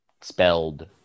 spelled